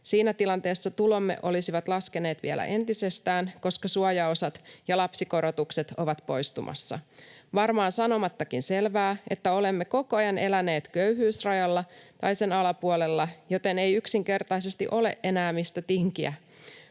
Siinä tilanteessa tulomme olisivat laskeneet vielä entisestään, koska suojaosat ja lapsikorotukset ovat poistumassa. Varmaan sanomattakin selvää, että olemme koko ajan eläneet köyhyysrajalla tai sen alapuolella, joten ei yksinkertaisesti ole enää, mistä tinkiä.